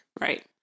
Right